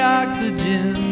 oxygen